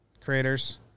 creators